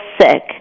sick